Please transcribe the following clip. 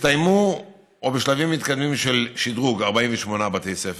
הסתיימו, או בשלבים מתקדמים של שדרוג: 48 בתי ספר,